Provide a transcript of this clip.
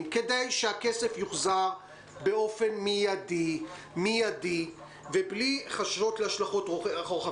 כדי שהכסף יוחזר באופן מידי ובלי חששות להשלכות רוחב.